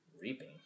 Reaping